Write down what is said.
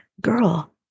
girl